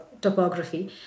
topography